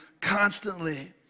constantly